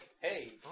Hey